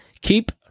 keep